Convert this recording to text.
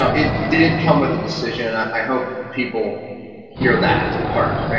it did come with a decision. and i hope people hear that part. i mean,